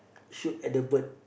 shoot at the bird